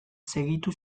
segitu